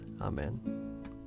Amen